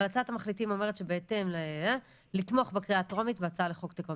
אבל הצעת המחליטים אומרת לתמוך בקריאה התרומית בהצעה לחוק תיקון